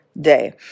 day